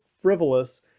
frivolous